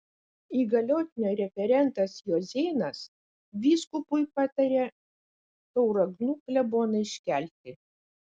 įgaliotinio referentas juozėnas vyskupui patarė tauragnų kleboną iškelti